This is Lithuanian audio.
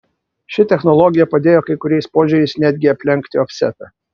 ši technologija padėjo kai kuriais požiūriais netgi aplenkti ofsetą